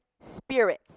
spirits